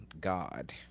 god